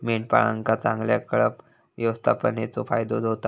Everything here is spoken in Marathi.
मेंढपाळांका चांगल्या कळप व्यवस्थापनेचो फायदो होता